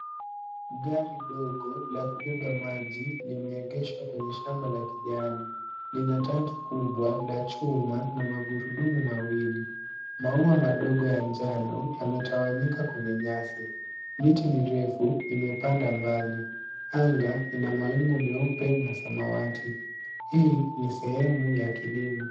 Gari dogo la kubeba maji limeegeshwa kwenye shamba la kijani. Lina tanki kubwa la chuma na magurudumu mawili. Maua madogo ya njano yametawanyika kwenye nyasi. Miti mirefu imepanda mbali. Anga ina mawingu meupe na samawati. Hii ni sehemu ya kilimo.